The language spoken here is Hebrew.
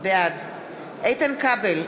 בעד איתן כבל,